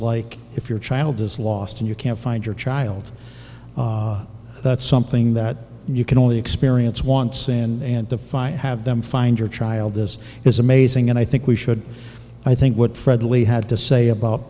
like if your child is lost and you can't find your child that's something that you can only experience once and to find have them find your child this is amazing and i think we should i think what fred lee had to say about